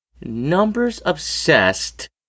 numbers-obsessed